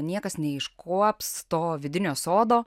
niekas neiškuops to vidinio sodo